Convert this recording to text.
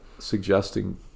suggesting